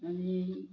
आनी